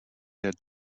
had